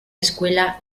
escuela